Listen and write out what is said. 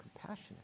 compassionate